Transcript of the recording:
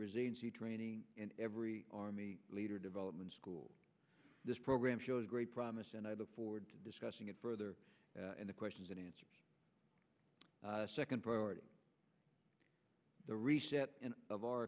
resiliency training in every army leader development school this program shows great promise and i look forward to discussing it further and the questions and answers second priority the reset of our